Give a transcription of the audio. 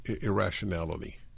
irrationality